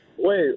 Wait